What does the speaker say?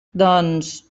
doncs